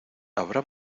habrá